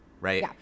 Right